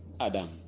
Adam